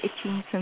itching